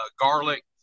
garlic